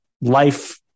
life